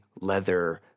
leather